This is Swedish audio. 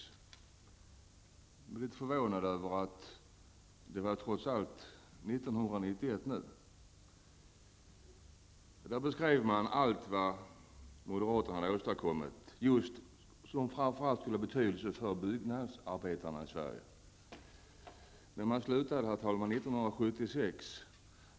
Jag blev litet förvånad, för det var nu trots allt 1991. Där beskrev man allt vad moderaterna hade åstadkommit som framför allt skulle ha betydelse för byggnadsarbetarna i Sverige. Men man slutade alltså 1976.